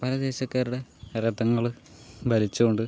പല ദേശക്കാരുടെ രഥങ്ങൾ വലിച്ചുകൊണ്ട്